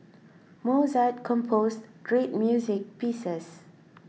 Mozart composed great music pieces